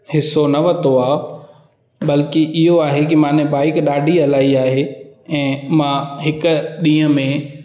हिसो न वरितो आहे बल्कि इहो आहे कि माने बाईक ॾाढी हलाई आहे ऐं मां हिक ॾींहं में